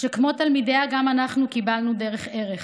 שכמו תלמידיה, גם אנחנו קבלנו דרך ערך,